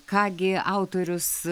ką gi autorius